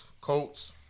Colts